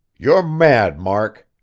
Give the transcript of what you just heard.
you're mad, mark,